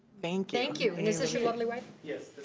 thank thank you. and this is your lovely wife? yes.